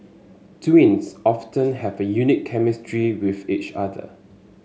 twins often have a unique chemistry with each other